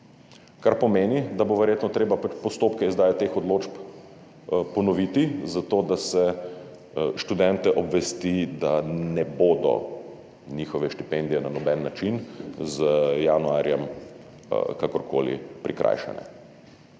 kar pomeni, da bo verjetno treba postopke izdaje teh odločb ponoviti zato, da se študente obvesti, da ne bodo njihove štipendije na noben način z januarjem kakorkoli prikrajšane.